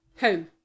Home